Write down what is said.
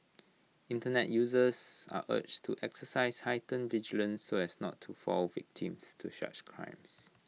Internet users are urged to exercise heightened vigilance so as not to fall victims to such crimes